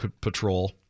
Patrol